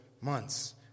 months